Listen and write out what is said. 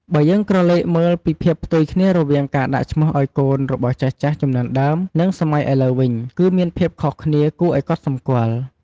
បើយើងក្រឡេកមើលពីភាពផ្ទុយគ្នារវាងការដាក់ឈ្មោះឱ្យកូនរបស់ចាស់ៗជំនាន់ដើម និងសម័យឥឡូវវិញ គឺវាមានភាពខុសគ្នាគួរឱ្យកត់សម្គាល់។